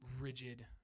rigid